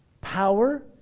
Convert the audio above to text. power